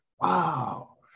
wow